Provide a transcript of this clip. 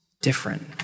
different